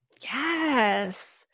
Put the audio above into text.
yes